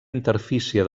interfície